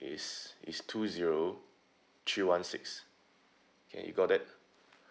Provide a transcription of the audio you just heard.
is is two zero three one six okay you got that